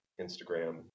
Instagram